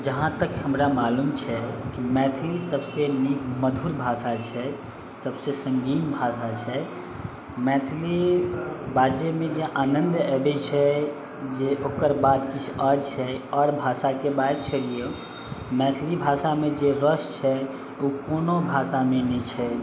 जहाँ तक हमरा मालूम छै मैथिली सबसे नीक मधुर भाषा छै सबसे संगीण भाषा छै मैथिली बाजेमे जे आनन्द आबै छै जे ओकर बात किछु आओर छै आओर भाषाके बात छोड़िऔ मैथिली भाषामजे रस छै ओ कोनो भाषामे नहि छै